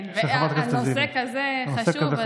כן, ועל נושא כזה חשוב.